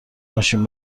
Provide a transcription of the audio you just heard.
ماشین